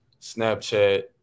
Snapchat